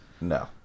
no